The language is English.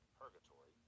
purgatory